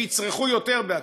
שיצרכו יותר בעתיד.